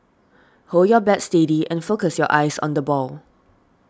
hold your bat steady and focus your eyes on the ball